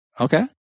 Okay